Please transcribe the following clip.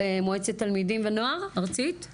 מועצת תלמידים ונוער ארצית,